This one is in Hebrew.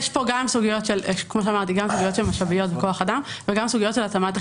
יש כאן גם סוגיות משאביות וכוח אדם וגם סוגיות של התאמת המערכת.